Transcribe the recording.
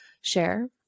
share